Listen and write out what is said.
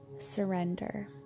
surrender